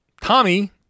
Tommy